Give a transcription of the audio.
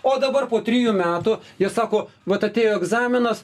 o dabar po trijų metų jie sako vat atėjo egzaminas